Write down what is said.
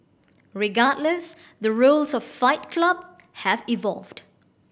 regardless the rules of Fight Club have evolved